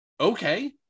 okay